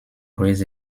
raise